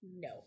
no